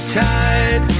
tide